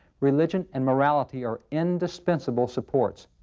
religion and morality are indispensable supports.